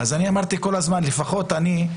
אמרתי כל הזמן שלפחות אני,